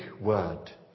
word